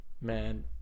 Man